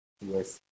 Yes